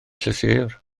llysieuwr